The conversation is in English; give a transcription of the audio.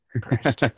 Christ